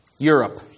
Europe